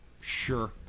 sure